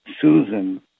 Susan